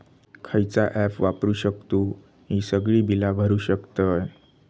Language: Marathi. खयचा ऍप वापरू शकतू ही सगळी बीला भरु शकतय?